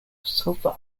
sulfur